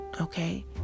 Okay